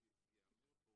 שיביא דוגמה.